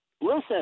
listen